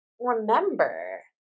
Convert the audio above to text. remember